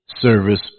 service